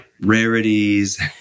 rarities